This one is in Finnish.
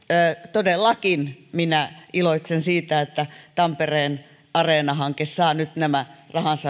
todellakin minä iloitsen siitä että tampereen areenahanke saa nyt nämä rahansa